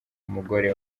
umugore